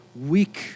weak